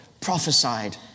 prophesied